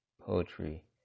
Poetry